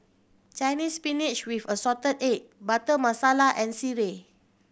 Chinese Spinach with assorted egg Butter Masala and sireh